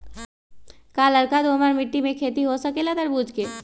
का लालका दोमर मिट्टी में खेती हो सकेला तरबूज के?